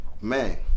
Man